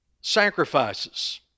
sacrifices